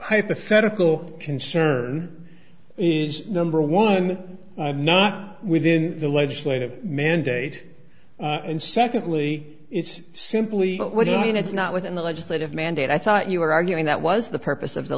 hypothetical concern is number one not within the legislative mandate and secondly it's simply what do you mean it's not within the legislative mandate i thought you were arguing that was the purpose of the